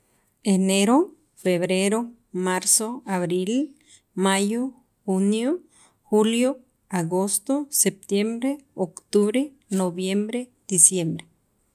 enero, febrero, marzo, abril, mayo, junio, julio, agosto, septiembre, octubre, noviembre, diciembre